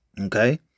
Okay